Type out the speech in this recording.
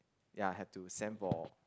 ya have to send for